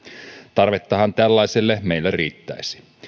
tarvettahan tällaiselle meillä riittäisi